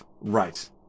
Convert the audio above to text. right